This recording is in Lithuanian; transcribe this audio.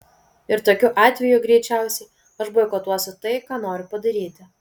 ir tokiu atveju greičiausiai aš boikotuosiu tai ką noriu padaryti